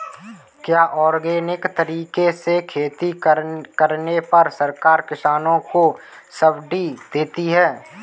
क्या ऑर्गेनिक तरीके से खेती करने पर सरकार किसानों को सब्सिडी देती है?